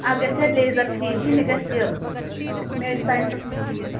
اَتھ گَژھِ ہے لیٚزَر ٹھیٖک کِنہٕ یہِ گژھِ یہِ میڈِساینسٕے ٹھیٖک